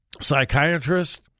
psychiatrist